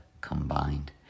combined